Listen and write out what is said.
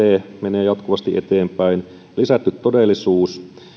menee jatkuvasti eteenpäin lisätty todellisuus